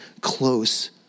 close